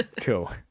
cool